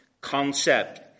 concept